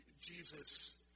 Jesus